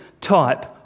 type